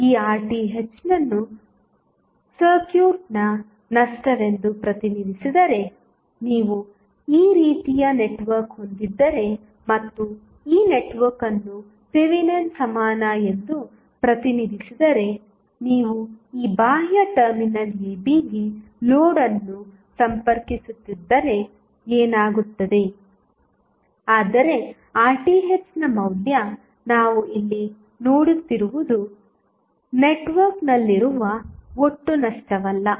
ಈಗ RTh ಅನ್ನು ಸರ್ಕ್ಯೂಟ್ನ ನಷ್ಟವೆಂದು ಪ್ರತಿನಿಧಿಸಿದರೆ ನೀವು ಈ ರೀತಿಯ ನೆಟ್ವರ್ಕ್ ಹೊಂದಿದ್ದರೆ ಮತ್ತು ಈ ನೆಟ್ವರ್ಕ್ ಅನ್ನು ಥೆವೆನಿನ್ ಸಮಾನ ಎಂದು ಪ್ರತಿನಿಧಿಸಿದರೆ ನೀವು ಈ ಬಾಹ್ಯ ಟರ್ಮಿನಲ್ ab ಗೆ ಲೋಡ್ ಅನ್ನು ಸಂಪರ್ಕಿಸುತ್ತಿದ್ದರೆ ಏನಾಗುತ್ತದೆ ಆದರೆ RThನ ಮೌಲ್ಯ ನಾವು ಇಲ್ಲಿ ನೋಡುತ್ತಿರುವುದು ನೆಟ್ವರ್ಕ್ನಲ್ಲಿರುವ ಒಟ್ಟು ನಷ್ಟವಲ್ಲ